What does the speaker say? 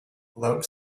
love